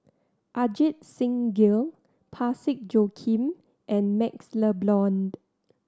Ajit Singh Gill Parsick Joaquim and MaxLe Blond